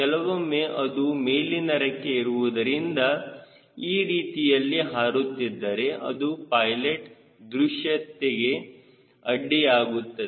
ಕೆಲವೊಮ್ಮೆ ಅದು ಮೇಲಿನ ರೆಕ್ಕೆ ಇರುವುದರಿಂದ ಈ ರೀತಿಯಲ್ಲಿ ಹಾರುತ್ತಿದ್ದರೆ ಅದು ಪೈಲೆಟ್ ದೃಶ್ಯತೇಗೆ ಅಡ್ಡಿಯಾಗುತ್ತದೆ